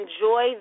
enjoy